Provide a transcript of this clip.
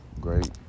great